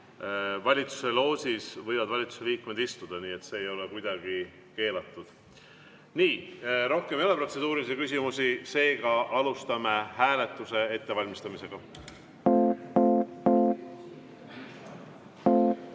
Valitsuse loožis võivad valitsuse liikmed istuda, see ei ole kuidagi keelatud. Rohkem ei ole protseduurilisi küsimusi, seega alustame hääletuse ettevalmistamist.